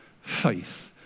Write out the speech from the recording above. faith